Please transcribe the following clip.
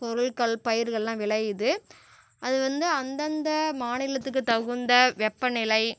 பொருட்கள் பயிர்களெல்லாம் விளையுது அது வந்து அந்தந்த மாநிலத்துக்கு தகுந்த வெப்ப நிலை